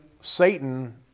Satan